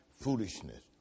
foolishness